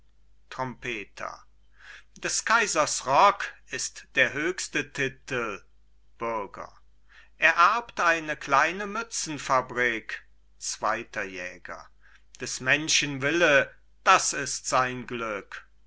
trompeter des kaisers rock ist der höchste titel bürger er erbt eine kleine mützenfabrik zweiter jäger des menschen wille das ist sein glück